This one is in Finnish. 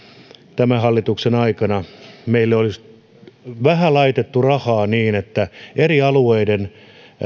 tämän hallituksen aikana meillä olisi vähän laitettu rahaa niin että eri alueiden